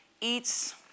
eats